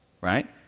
right